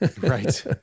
right